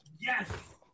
Yes